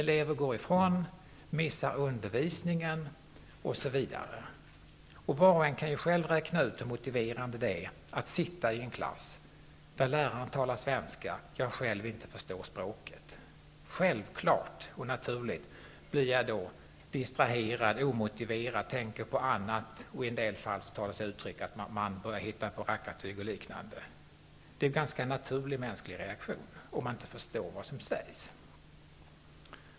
Elever måste gå ifrån en lektion, missar undervisningen osv. Var och en kan ju själv räkna ut hur motiverande det är att sitta i en klass, där läraren talar svenska men jag själv inte förstår språket. Naturligtvis blir jag då distraherad, omotiverad och tänker på annat. En del börjar hitta på rackartyg och liknande. Det är en ganska naturlig mänsklig reaktion om man inte förstår vad som sägs.